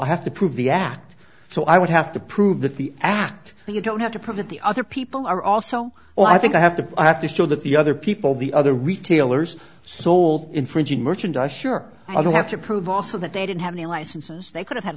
i have to prove the act so i would have to prove that the act but you don't have to prove that the other people are also well i think i have to have to show that the other people the other retailers sold infringing merchandise sure i don't have to prove also that they didn't have any licenses they could have